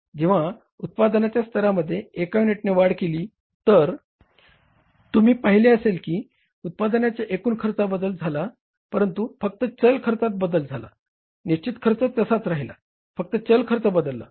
जेंव्हा उत्पादनाच्या स्तरामध्ये एका युनिटने वाढ केले तर तुम्ही पहिले असेल की उत्पादनाच्या एकूण खर्चात बदल झाला परंतु फक्त चल खर्चात बदल झाला निश्चित खर्च तसाच राहिला फक्त चल खर्च बदलला